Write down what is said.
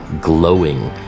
glowing